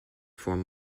from